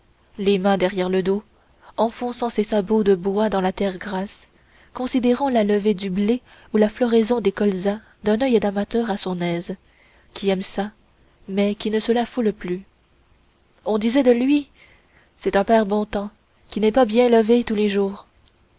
les mains derrière le dos enfonçant ses sabots de bois dans la terre grasse considérant la levée du blé ou la floraison des colzas d'un oeil d'amateur à son aise qui aime ça mais qui ne se la foule plus on disait de lui c'est un père bontemps qui n'est pas bien levé tous les jours